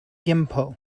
gimpo